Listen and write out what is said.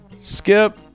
Skip